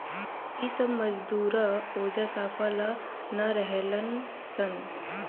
इ सब मजदूरा ओजा साफा ला ना रहेलन सन